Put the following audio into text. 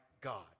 God